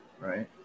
Right